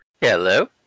Hello